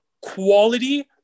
quality